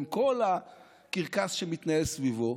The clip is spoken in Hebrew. עם כל הקרקס שמתנהל סביבו,